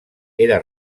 era